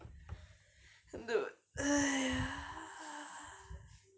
dude !aiya!